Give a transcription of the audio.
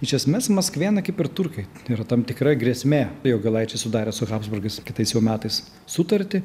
iš esmės maskvėnai kaip ir turkai yra tam tikra grėsmė jogailaičiai sudarė su habsburgais kitais jau metais sutartį